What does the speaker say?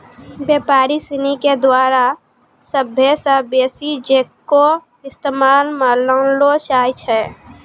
व्यापारी सिनी के द्वारा सभ्भे से बेसी चेको के इस्तेमाल मे लानलो जाय छै